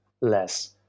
less